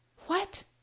what?